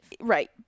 Right